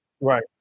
Right